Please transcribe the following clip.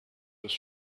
with